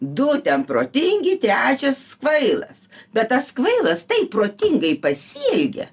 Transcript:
du ten protingi trečias kvailas bet tas kvailas tai protingai pasielgė